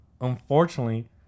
unfortunately